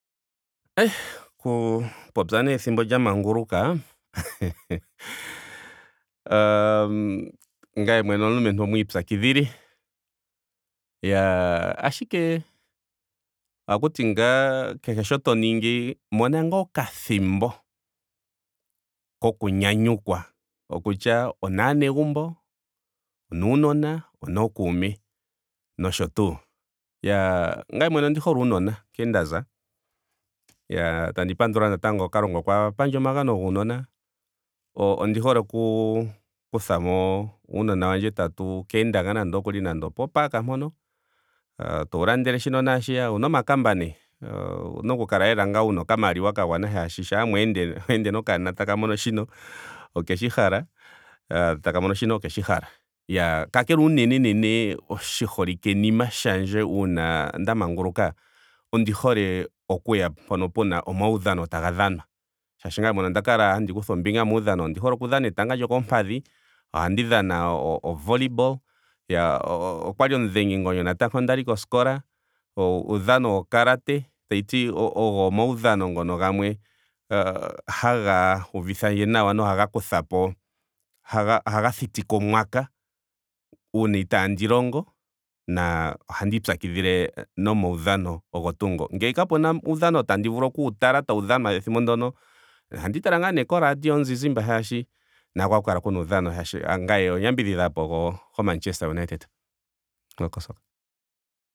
Ai! Okupopya nee ethimbo lya manguluka. mhhhh ngame mwene omulumentu omwiipyakidhili. iyaa ashike ohakuti ngaa kehe shoka to ningi mona ngaa okathimbo koku nyanyukwa. Okutya onaanegumbo. onaanona. nonokuume nosho tuu. Mhh ngame nwene ondi hole aanona nkene nda za. Iyaa tandi pandu wo natango kalunga okwa pandje omagano gaanona. ondi hole oku- oku tuthamo aanona yandje tatu ka ende ngaa nando okuli nando opo park mpono. towu landele shino naashiya. owuna omakamba nee. owuna oku kala lela ngaa wuna okamaliwa ka gwana shaashi shampa weende nokanona taka mono shino okeshi hala. taka mono shino okeshi hala. Iyaa kakele unene unene oshiholike nima shandje uuna nda manguluka. ondi hole okuya mpono pena omaudhano taga dhanwa. Shaashi ngame onda kala handi kutha ombinga muudhano. ondi hole oku dhana etanga lyokooompadhi. ohandi dhana o volleyball. iyaa okwali omudhengingonyo natango ndali koskola. o uudhano wo karate. tashiti ogo omaudhano ngono gamwe haga uvithandje nawa nohaga kutha po- ohaga ohaga thitike omwaka uuna itaandi longo na ohandii pyakidhile nomaudhano ogo tuu ngo. Ngele kapuna uudhano tandi vulu okuwu tala tawu dhanwa ethimbo ndyoka. ohandi tala ngaa nee ko radio zizimba shaashi nako ohau kala kuna uudhano shaashi ngame omuyambidhidhi hapo go machester united ngele oko soccer